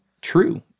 true